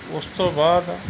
ਉਸ ਤੋਂ ਬਾਅਦ